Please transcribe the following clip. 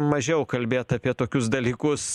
mažiau kalbėt apie tokius dalykus